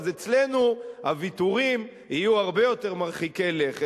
אז אצלנו הוויתורים יהיו הרבה יותר מרחיקי לכת.